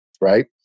right